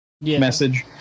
message